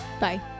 bye